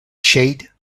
shade